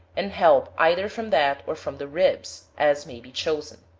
and help either from that or from the ribs, as may be chosen.